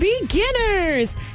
beginners